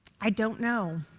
i don't know,